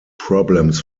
problems